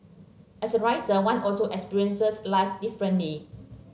as a writer one also experiences life differently